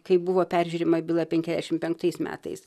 kai buvo peržiūrima byla penkiasdešimt penktais metais